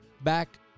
back